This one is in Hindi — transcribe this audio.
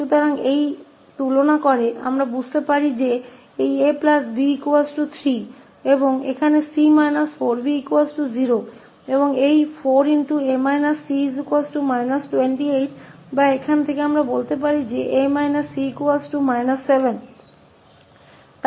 तो इसकी तुलना करने पर हमें पता चलता है कि यह 𝐴 𝐵 3 और यहाँ 𝐶 4𝐵 0 और यह 4𝐴 𝐶 −28 या यहाँ से हम कह सकते हैं कि यह 𝐴 − 𝐶 −7 है